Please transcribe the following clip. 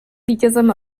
vítězem